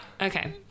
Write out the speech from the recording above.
Okay